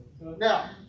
Now